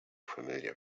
familiar